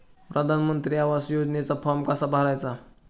प्रधानमंत्री आवास योजनेचा फॉर्म कसा भरायचा?